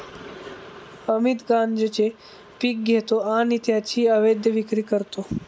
अमित गांजेचे पीक घेतो आणि त्याची अवैध विक्री करतो